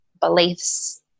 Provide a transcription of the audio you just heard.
beliefs